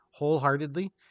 wholeheartedly